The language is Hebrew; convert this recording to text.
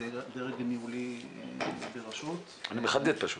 דרג ניהולי ברשות --- אני מחדד פשוט.